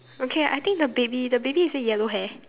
okay I think the baby the baby is it yellow hair